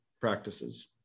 practices